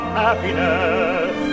happiness